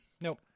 Nope